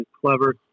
clever